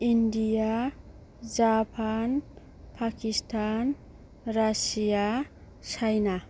India Japan Pakistan Russia Saina